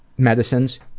medicines,